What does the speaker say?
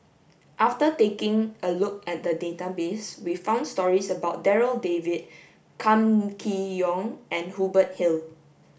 after taking a look at the database we found stories about Darryl David Kam Kee Yong and Hubert Hill